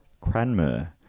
Cranmer